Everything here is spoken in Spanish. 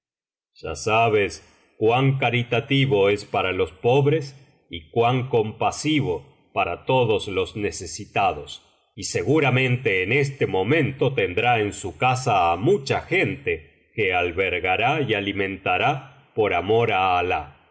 ya sabes cuan caritativo es para ios pobres y cuan compasivo para todos los necesitados y seguramente en este momento tendrá en su casa á mucha gente que albergará y alimentará por amor á alah